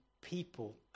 people